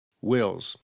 Wills